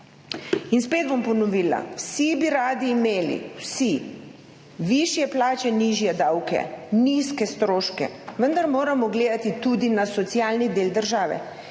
Spet bom ponovila, vsi bi radi imeli, vsi višje plače, nižje davke, nizke stroške, vendar moramo gledati tudi na socialni del države,